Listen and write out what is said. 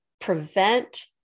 prevent